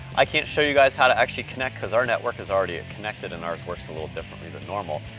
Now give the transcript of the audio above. i can't show you guys how to actually connect because our network is already connected and ours works a little differently than normal,